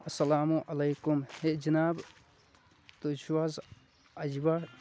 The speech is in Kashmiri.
اَسَلامُ علیکُم ہے جِناب تُہۍ چھو حظ اَجبہ